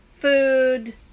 food